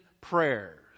prayers